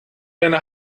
deine